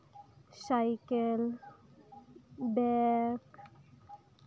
cycle bag